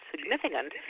significant